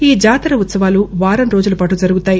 ఈ జాతర ఉత్పవాలు వారం రోజులపాటు జరుగుతాయి